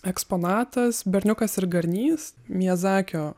eksponatas berniukas ir garnys miezakio